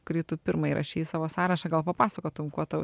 kurį tu pirmą įrašei į savo sąrašą gal papasakotum kuo tau